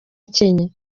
kenya